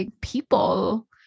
people